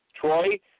Troy